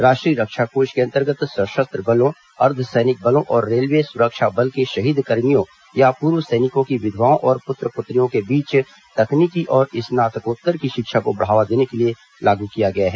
राष्ट्रीय रक्षा कोष के अन्तर्गत सशस्त्र बलों अर्द्व सैनिक बलों और रेलवे सुरक्षा बल के शहीद कर्मियों या पूर्व सैनिकों की विधवाओं और पुत्र पुत्रियों के बीच तकनीकी और स्नातकोत्तर की शिक्षा को बढ़ावा देने के लिए लागू किया गया है